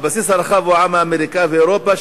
הבסיס הרחב הוא העם האמריקני ואירופה,